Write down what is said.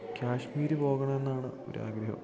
കാശ്മീര് പോകണമെന്നാണ് ഒരാഗ്രഹം